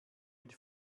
mit